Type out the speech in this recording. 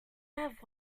have